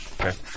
Okay